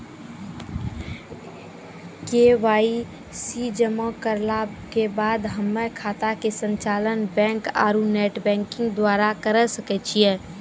KYC जमा करला के बाद हम्मय खाता के संचालन बैक आरू नेटबैंकिंग द्वारा करे सकय छियै?